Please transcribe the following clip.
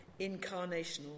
incarnational